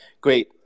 Great